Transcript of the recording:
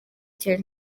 cyane